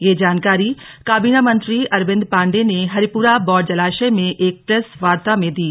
यह जानकारी काबीना मंत्री अरविन्द पाण्डेय ने हरिपूरा बौर जलाशय में एक प्रेस वार्ता में दी